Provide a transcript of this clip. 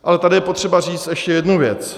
Ale tady je potřeba říct ještě jednu věc.